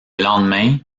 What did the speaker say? lendemain